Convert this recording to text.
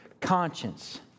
conscience